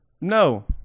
No